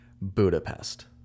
Budapest